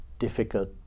difficult